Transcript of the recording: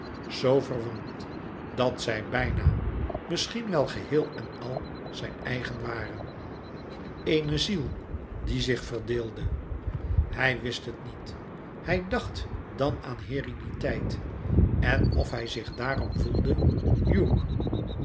z verwant dat zij bijna misschien wel geheel en al zijn eigen waren eene ziel die zich verdeelde hij wist het niet hij dacht dan aan herediteit en of hij zich daarom voelde